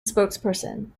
spokesperson